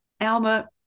Alma